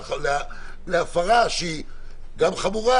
להפרה שהיא גם חמורה,